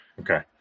okay